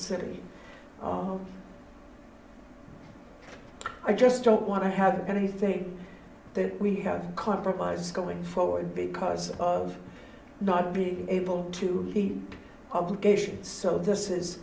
city oh i just don't want to have anything that we have compromise going forward because of not being able to be obligations so